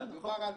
דובר על